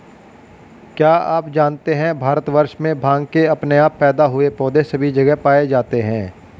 क्या आप जानते है भारतवर्ष में भांग के अपने आप पैदा हुए पौधे सभी जगह पाये जाते हैं?